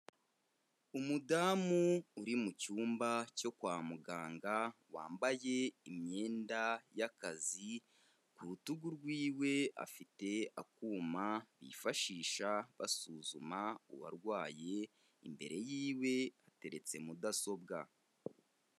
Umudamu uri mu cyumba cyo kwa muganga wambaye imyenda y'akazi. Ku rutugu rw'iwe afite akuma bifashisha basuzuma uwarwaye, imbere y'iwe hateretse mudasobwa.